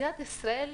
מדינת ישראל,